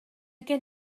gen